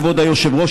כבוד היושב-ראש,